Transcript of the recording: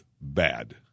bad